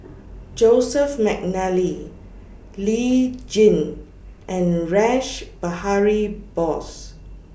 Joseph Mcnally Lee Tjin and Rash Behari Bose